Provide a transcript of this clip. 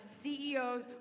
CEOs